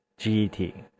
GT